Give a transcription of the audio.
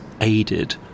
aided